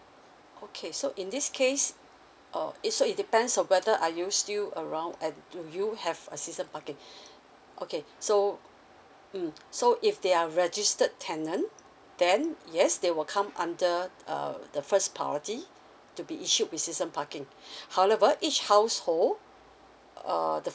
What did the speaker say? okay so in this case uh it so it depends on whether are you still around and do you have a season parking okay so mm so if they are registered tenant then yes they will come under uh the first priority to be issued with season parking however each household uh the